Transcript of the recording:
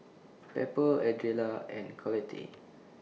Pepper Ardella and Collette